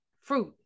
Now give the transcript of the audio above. fruit